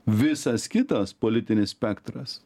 visas kitas politinis spektras